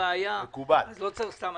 אם יתברר שאין בעיה אז לא צריך לחזור סתם.